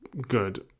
good